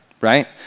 right